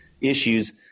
issues